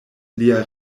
lia